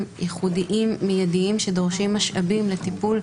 ייחודיים ומידיים שדורשים משאבים לטיפול,